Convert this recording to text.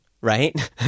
right